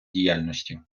діяльності